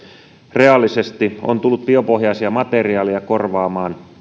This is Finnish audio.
reaalisesti on tullut biopohjaisia materiaaleja korvaamaan